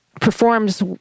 performs